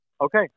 Okay